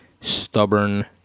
stubborn